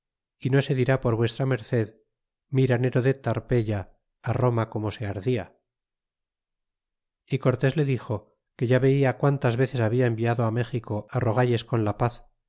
y no se dirá por v md mira nero de tarpeya roma como se ardia y cortés le dixo que ya vela quantas veces habla enviado méxico rogalles con la paz